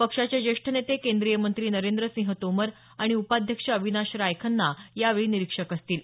पक्षाचे ज्येष्ठ नेते केंद्रीय मंत्री नरेंद्रसिंह तोमर आणि उपाध्यक्ष अविनाश राय खन्ना यावेळी निरीक्षक असतील